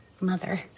mother